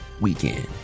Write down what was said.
weekend